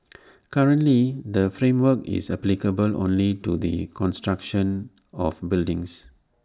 currently the framework is applicable only to the construction of buildings